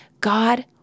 God